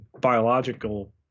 biological